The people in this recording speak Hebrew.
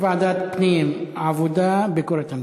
ועדת פנים, עבודה, ביקורת המדינה.